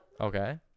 Okay